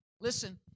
listen